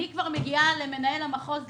אני כבר מגיעה למנהל המחוז,